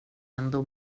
ändå